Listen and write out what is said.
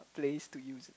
place to use